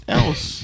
else